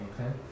okay